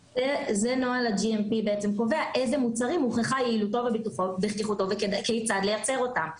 נוהל GMP קובע איזה מוצרים הוכחה יעילותם ובטיחותם וכיצד לייצר אותם.